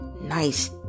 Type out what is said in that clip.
Nice